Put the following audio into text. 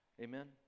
Amen